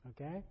Okay